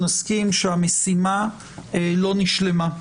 נסכים שהמשימה לא נשלמה.